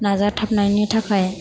नाजाथाबनायनि थाखाय